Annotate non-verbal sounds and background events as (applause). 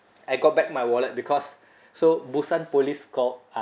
I got back my wallet because (breath) so busan police called